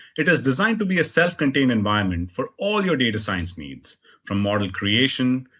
it is designed to be a self-contained environment for all your data science needs from model creation,